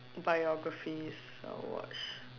biographies I will watch